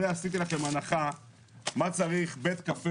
כאן עשיתי לכם הנחה ותראו מה צריך בית קפה